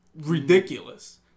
ridiculous